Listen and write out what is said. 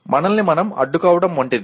మనల్ని మనం అడ్డుకోవడం వంటిది